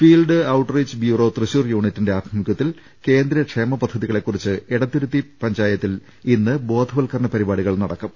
field out reach bureau Thrissur യൂണിറ്റിന്റെ ആഭിമുഖ്യത്തിൽ കേന്ദ്ര ക്ഷേമപദ്ധതികളെകുറിച്ച് എടത്തിരുത്തി പഞ്ചായത്തിൽ ഇന്ന് ബോധവൽക്ക രണ പരിപാടികൾ നടക്കും